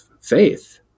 faith